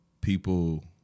People